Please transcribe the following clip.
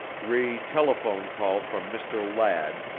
re telephone call from mr. ladd,